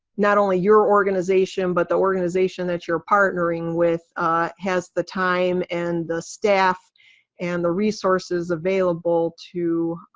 not only your organization but the organization that you're partnering with has the time and the staff and the resources available to